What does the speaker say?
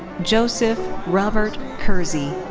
joseph robert kersey.